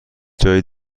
جای